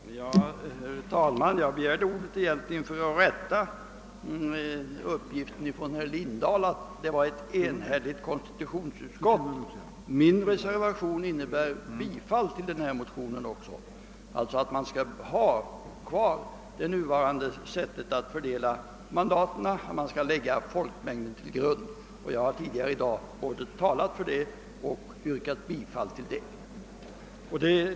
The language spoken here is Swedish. Herr talman! Jag begärde egentligen ordet för att rätta herr Lindahls uppgift att konstitutionsutskottet var enhälligt. Min reservation ansluter sig till den ifrågavarande motionen och går alltså ut på att man skall behålla det nuvarande systemet för mandatfördelningen, d.v.s. att folkmängden skall läggas till grund. Tidigare i dag har jag också både talat för och yrkat bifall till denna reservation.